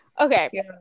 Okay